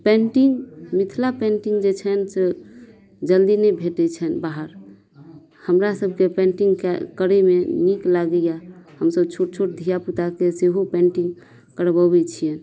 painting Mithila painting जे छै से जल्दी नहि भेटै छै बाहर हमरा सभके पेन्टिंग करैमे नीक लागैया हमसभ छोट छोट धियापुताके सेहो पेन्टिंग करबऽबै छियनि